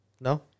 No